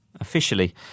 Officially